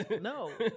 no